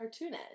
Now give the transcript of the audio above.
cartoonish